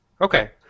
Okay